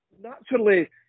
naturally